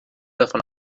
davon